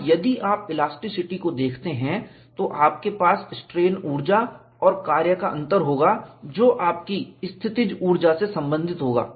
और यदि आप इलास्टिसिटी को देखते हैं तो आपके पास स्ट्रेन ऊर्जा और कार्य का अंतर होगा जो आपकी स्थितिज ऊर्जा से संबंधित होगा